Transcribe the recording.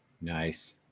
Nice